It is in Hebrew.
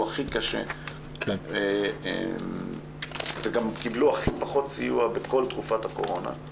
הכי קשה וגם קיבלו הכי פחות סיוע בכל תקופת הקורונה.